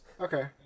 Okay